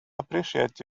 appreciate